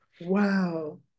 wow